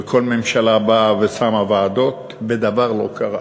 וכל ממשלה באה ושמה ועדות, ודבר לא קרה.